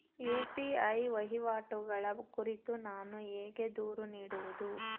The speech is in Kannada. ಯು.ಪಿ.ಐ ವಹಿವಾಟುಗಳ ಕುರಿತು ನಾನು ಹೇಗೆ ದೂರು ನೀಡುವುದು?